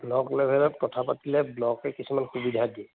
block লেভেলত কথা পাতিলে ব্লকে কিছুমান সুবিধা দিয়ে